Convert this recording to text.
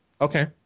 Okay